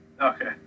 Okay